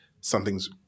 something's